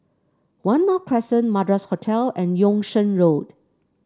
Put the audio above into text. One North Crescent Madras Hotel and Yung Sheng Road